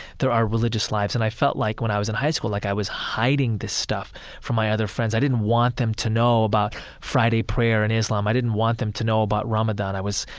they're our religious lives. and i felt like, when i was in high school, like i was hiding this stuff from my other friends. i didn't want them to know about friday prayer in islam. i didn't want them to know about ramadan. i was,